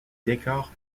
décor